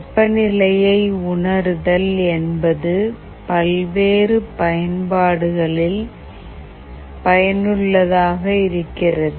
வெப்பநிலையை உணர்தல் என்பது பல்வேறு பயன்பாடுகளில் பயனுள்ளதாக இருக்கிறது